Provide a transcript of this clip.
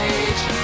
age